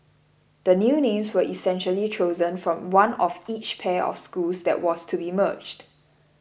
the new names were essentially chosen from one of each pair of schools that was to be merged